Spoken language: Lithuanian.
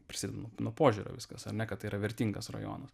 prisimenu nuo požiūrio viskas ar ne kad tai yra vertingas rajonas